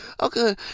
Okay